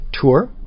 tour